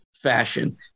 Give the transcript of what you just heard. Fashion